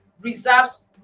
reserves